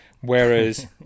Whereas